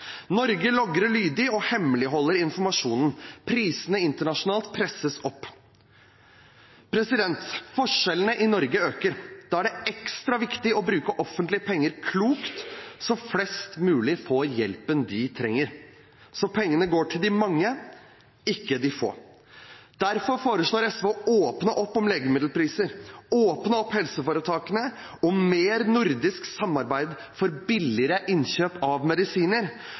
Norge logrer lydig og hemmeligholder informasjonen. Prisene internasjonalt presses opp. Forskjellene i Norge øker. Da er det ekstra viktig å bruke offentlige penger klokt, så flest mulig får hjelpen de trenger. Pengene går til de mange, ikke de få. Derfor foreslår SV å åpne opp om legemiddelpriser, åpne opp helseforetakene, og mer nordisk samarbeid for billigere innkjøp av medisiner